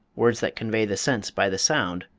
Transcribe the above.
words that convey the sense by the sound,